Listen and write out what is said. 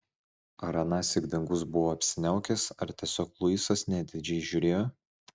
ar anąsyk dangus buvo apsiniaukęs ar tiesiog luisas neatidžiai žiūrėjo